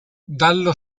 dallo